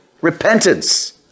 repentance